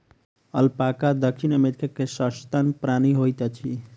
alpaca दक्षिण America के सस्तन प्राणी होइत अछि